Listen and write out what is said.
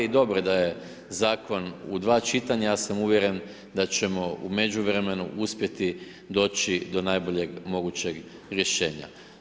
I dobro je da je zakon u dva čitanja, ja sam uvjeren da ćemo u međuvremenu uspjeti doći do najboljeg mogućeg rješenja.